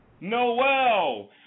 Noel